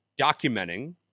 documenting